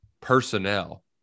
personnel